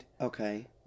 Okay